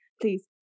please